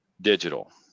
digital